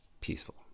peaceful